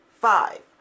five